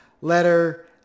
letter